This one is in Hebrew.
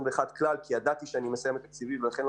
בנושא כי ידעתי שאני מסיים את תפקידי,